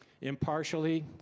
impartially